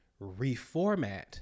reformat